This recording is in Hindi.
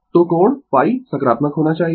तो कोण ϕ सकारात्मक होना चाहिए